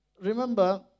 remember